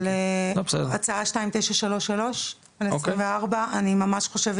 אבל אני יודעת שזו הצעה 2933/24. אני ממש חושבת